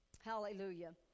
Hallelujah